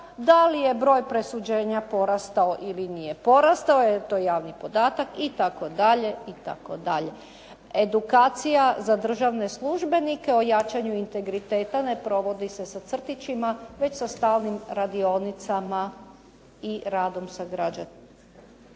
Da li je broj presuđenja porastao ili nije porastao, jer to je javni podatak, itd., itd. Edukacija za državne službenike o jačanju integriteta ne provodi se sa crtićima, već sa stalnim radionicama i radom sa građanima.